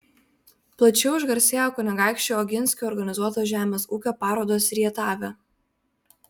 plačiau išgarsėjo kunigaikščių oginskių organizuotos žemės ūkio parodos rietave